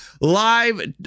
live